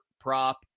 prop